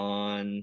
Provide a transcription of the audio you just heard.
on